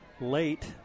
Late